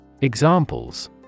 Examples